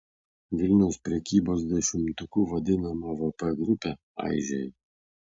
vilniaus prekybos dešimtuku vadinama vp grupė aižėja